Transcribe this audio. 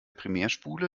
primärspule